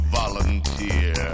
volunteer